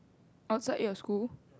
outside your school